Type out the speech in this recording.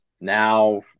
Now